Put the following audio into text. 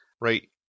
right